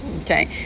okay